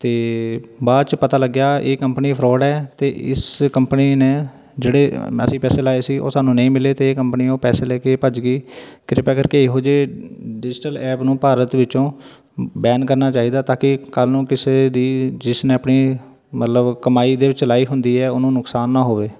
ਅਤੇ ਬਾਅਦ 'ਚ ਪਤਾ ਲੱਗਿਆ ਇਹ ਕੰਪਨੀ ਫਰੋਡ ਹੈ ਅਤੇ ਇਸ ਕੰਪਨੀ ਨੇ ਜਿਹੜੇ ਅਸੀਂ ਪੈਸੇ ਲਾਏ ਸੀ ਉਹ ਸਾਨੂੰ ਨਹੀਂ ਮਿਲੇ ਅਤੇ ਕੰਪਨੀ ਉਹ ਪੈਸੇ ਲੈ ਕੇ ਭੱਜ ਗਈ ਕਿਰਪਾ ਕਰਕੇ ਇਹੋ ਜਿਹੇ ਡਿਜ਼ੀਟਲ ਐਪ ਨੂੰ ਭਾਰਤ ਵਿੱਚੋਂ ਬੈਨ ਕਰਨਾ ਚਾਹੀਦਾ ਤਾਂ ਕਿ ਕੱਲ੍ਹ ਨੂੰ ਕਿਸੇ ਦੀ ਜਿਸ ਨੇ ਆਪਣੀ ਮਤਲਬ ਕਮਾਈ ਇਹਦੇ ਵਿੱਚ ਲਾਈ ਹੁੰਦੀ ਹੈ ਉਹਨੂੰ ਨੁਕਸਾਨ ਨਾ ਹੋਵੇ